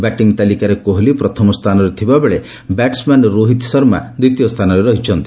batting ତାଲିକାରେ କୋହଲି ପ୍ରଥମ ସ୍ଥାନରେ ଥିବାବେଳେ ବ୍ୟାଟ୍ସମ୍ୟାନ୍ ରୋହିତ ଶର୍ମା ଦ୍ୱିତୀୟ ସ୍ଥାନରେ ରହିଛନ୍ତି